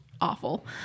awful